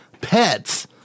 pets